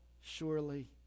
surely